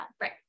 Right